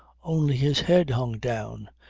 only his head hung down.